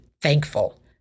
Thankful